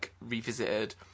revisited